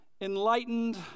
enlightened